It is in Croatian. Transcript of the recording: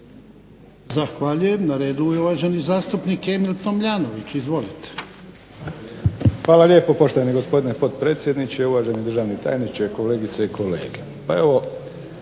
Zahvaljujem. Na redu je uvaženi zastupnik Emil Tomljanović, izvolite. **Tomljanović, Emil (HDZ)** Hvala lijepo poštovani gospodine potpredsjedniče, uvaženi državni tajniče, kolegice i kolege. Pa evo